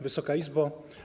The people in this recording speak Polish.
Wysoka Izbo!